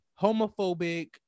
homophobic